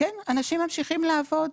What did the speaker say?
כן, אנשים ממשיכים לעבוד.